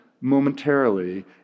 momentarily